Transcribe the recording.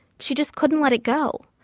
she just couldn't let it go.